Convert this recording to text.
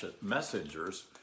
messengers